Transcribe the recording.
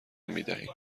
میدهیم